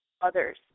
others